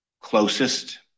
closest